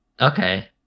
Okay